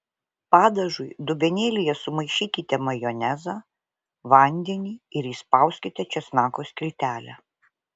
padažui dubenėlyje sumaišykite majonezą vandenį ir įspauskite česnako skiltelę